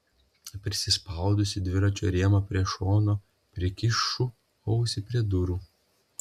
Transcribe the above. prisispaudusi dviračio rėmą prie šono prikišu ausį prie durų